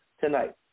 tonight